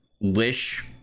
wish